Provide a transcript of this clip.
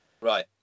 Right